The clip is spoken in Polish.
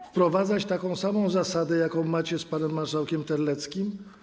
Nie. ...wprowadzać taką samą zasadę, jaką macie z panem marszałkiem Terleckim?